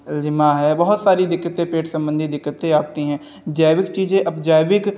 eczema है बहुत सारी दिक्कतें पेट सम्बन्धी दिक्कतें आती हैं जैविक चीज़ें अब जैविक